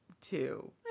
two